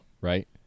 Right